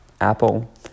apple